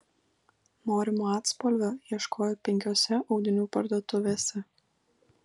norimo atspalvio ieškojo penkiose audinių parduotuvėse